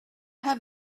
have